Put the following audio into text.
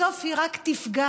בסוף היא רק תפגע.